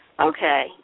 Okay